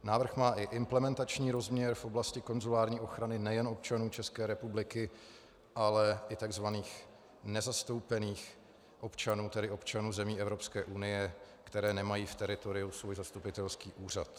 Návrh má i implementační rozměr v oblasti konzulární ochrany nejen občanů České republiky, ale i takzvaných nezastoupených občanů, tedy občanů zemí Evropské unie, kteří nemají v teritoriu svůj zastupitelský úřad.